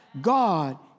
God